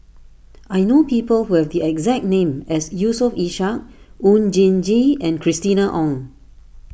I know people who have the exact name as Yusof Ishak Oon Jin Gee and Christina Ong